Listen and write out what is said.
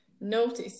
notice